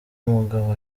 umugabo